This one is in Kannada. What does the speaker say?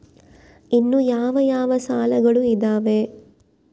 ಇನ್ನು ಯಾವ ಯಾವ ಸಾಲಗಳು ಇದಾವೆ?